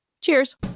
Cheers